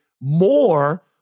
more